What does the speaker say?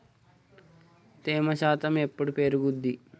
తేమ శాతం ఎప్పుడు పెరుగుద్ది?